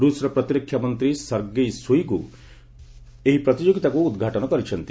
ରୁଷର ପ୍ରତିରକ୍ଷା ମନ୍ତ୍ରୀ ସେର୍ଗେଇ ସୋଇଗୁ ଏହି ପ୍ରତିଯୋଗିତାକୁ ଉଦ୍ଘାଟନ କରିଛନ୍ତି